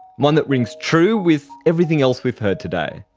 one that rings true with everything else we've heard today.